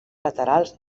laterals